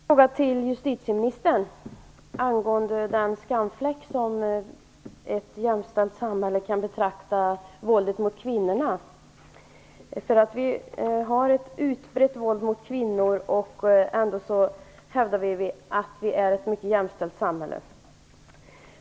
Fru talman! Jag har en fråga till justitieministern angående den skamfläck som våldet mot kvinnorna kan betraktas som i ett jämställt samhälle. Det finns ett utbrett våld mot kvinnor, och ändå hävdar vi att vi har ett mycket jämställt samhälle.